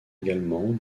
également